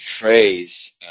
phrase